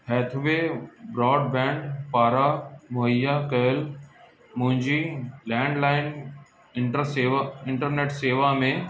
Hathaway broadband पारां मुहैया कयल मुंजी लैंडलाइन इंटर सेवा इंटरनेट सेवा में